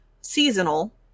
seasonal